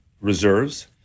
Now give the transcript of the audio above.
reserves